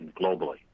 globally